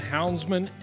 Houndsman